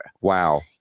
Wow